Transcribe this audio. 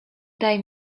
daj